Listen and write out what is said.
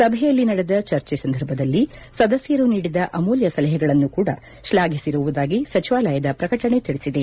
ಸಭೆಯಲ್ಲಿ ನಡೆದ ಚರ್ಚೆ ಸಂದರ್ಭದಲ್ಲಿ ಸದಸ್ಯರು ನೀಡಿದ ಅಮೂಲ್ಯ ಸಲಹೆಗಳನ್ನು ಕೂಡ ಶ್ಲಾಘಿಸಿರುವುದಾಗಿ ಸಚಿವಾಲಯದ ಪ್ರಕಟಣೆ ತಿಳಿಸಿದೆ